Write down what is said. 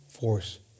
force